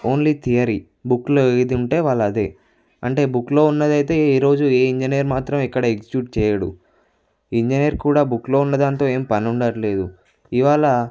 only theory బుక్లో ఏది ఉంటే వాళ్ళ అదే అంటే బుక్లో ఉన్నది అయితే ఈరోజు ఇంజనీర్ మాత్రం ఇక్కడ ఎగ్జిక్యూట్ చేయడు ఇంజనీర్ కూడా బుక్లో ఉన్నదానితో ఏం పని ఉండటం లేదు ఇవాళ